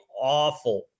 awful